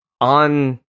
on